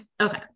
Okay